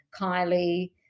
Kylie